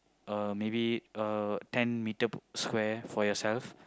uh maybe uh ten meter square for yourself